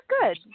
good